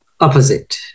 opposite